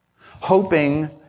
hoping